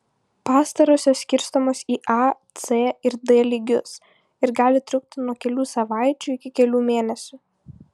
pastarosios skirstomos į a c ir d lygius ir gali trukti nuo kelių savaičių iki kelių mėnesių